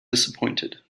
disappointed